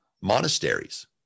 monasteries